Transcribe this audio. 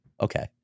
Okay